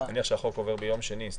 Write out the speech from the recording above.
נניח שהחוק עובר ביום שני אז